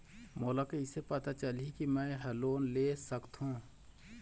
मोला कइसे पता चलही कि मैं ह लोन ले सकथों?